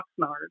Oxnard